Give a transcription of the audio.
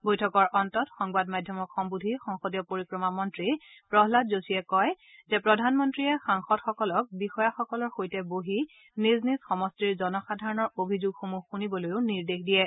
বৈঠকৰ অন্তত সংবাদ মাধ্যমক সম্বোধি সংসদীয় পৰিক্ৰমা মন্ত্ৰী প্ৰহাদ যোশীয়ে কয় যে প্ৰধানমন্ত্ৰীয়ে সাংসদসকলক বিষয়াসকলৰ সৈতে বহি নিজ নিজ সমষ্টিৰ জনসাধাৰণৰ অভিযোগসমূহ শুনিবলৈও নিৰ্দেশ দিয়ে